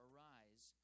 Arise